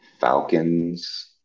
Falcons